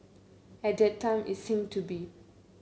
at that time it seemed to be